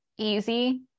easy